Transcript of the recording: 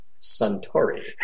Suntory